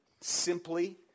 simply